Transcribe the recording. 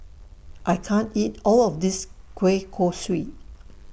I can't eat All of This Kueh Kosui